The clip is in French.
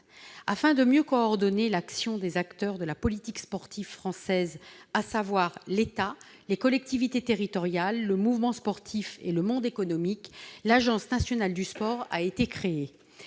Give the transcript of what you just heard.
Afin de mieux coordonner l'action des acteurs de la politique sportive française, à savoir l'État, les collectivités territoriales, le mouvement sportif et le monde économique, l'Agence nationale du sport a été créée.